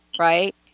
right